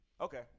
Okay